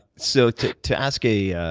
so to to ask a